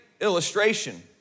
illustration